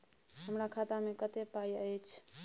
हमरा खाता में कत्ते पाई अएछ?